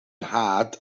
nhad